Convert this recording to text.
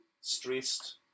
stressed